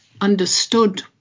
understood